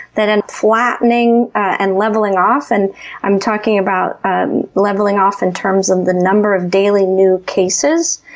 then flattening and leveling off. and i'm talking about um leveling off in terms of the number of daily new cases,